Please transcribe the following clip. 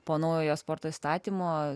po naujojo sporto įstatymo